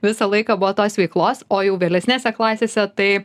visą laiką buvo tos veiklos o jau vėlesnėse klasėse tai